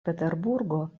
peterburgo